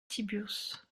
tiburce